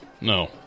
No